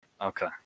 Okay